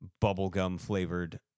bubblegum-flavored